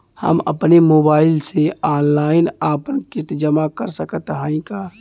हम अपने मोबाइल से ऑनलाइन आपन किस्त जमा कर सकत हई का?